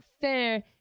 fair